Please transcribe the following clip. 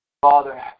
Father